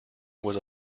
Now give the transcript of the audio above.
was